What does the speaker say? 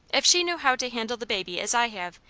if she knew how to handle the baby as i have,